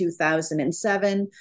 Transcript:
2007